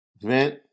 vent